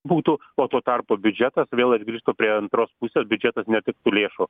būtų o tuo tarpu biudžetas vėl aš grįžtu prie antros pusės biudžetas netektų lėšų